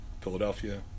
Philadelphia